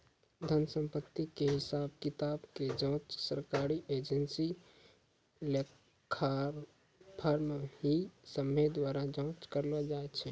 धन संपत्ति के हिसाब किताबो के जांच सरकारी एजेंसी, लेखाकार, फर्म इ सभ्भे द्वारा जांच करलो जाय छै